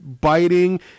biting